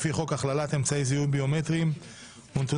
לפי חוק הכללת אמצעי זיהוי ביומטריים ונתוני